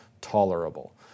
tolerable